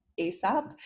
ASAP